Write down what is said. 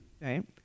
Right